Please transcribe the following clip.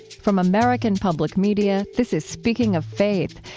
from american public media, this is speaking of faith,